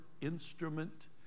instrument